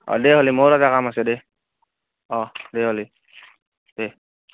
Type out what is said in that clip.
অ' দে হ'লি মোৰো এটা কাম আছে দে অ' দে হ'লি দে